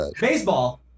Baseball